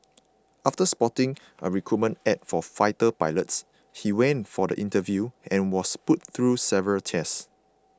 after spotting a recruitment ad for fighter pilots he went for the interview and was put through several tests